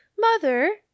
mother